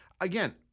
again